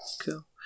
Cool